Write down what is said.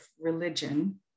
religion